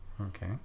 Okay